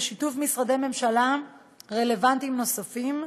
בשיתוף משרדי ממשלה רלוונטיים נוספים,